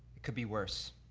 could be worse.